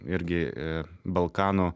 irgi balkanų